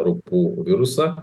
raupų virusą